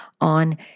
on